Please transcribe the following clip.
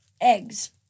eggs